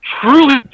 truly